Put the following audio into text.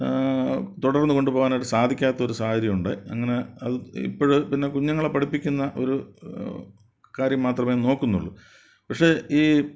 തുടർന്ന് കൊണ്ടു പോകാനായിട്ടു സാധിക്കാത്തൊരു സാഹചര്യമുണ്ടായി അങ്ങനെ അത് ഇപ്പോൾ പിന്നെ കുഞ്ഞുങ്ങളെ പഠിപ്പിക്കുന്ന ഒരു കാര്യം മാത്രമേ നോക്കുന്നുള്ളൂ പക്ഷേ ഈ